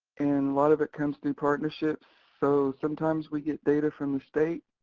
and a lot of it comes through partnerships, so sometimes we get data from the state,